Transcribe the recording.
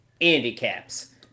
handicaps